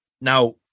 Now